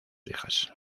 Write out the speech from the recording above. hijas